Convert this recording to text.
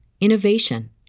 innovation